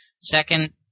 Second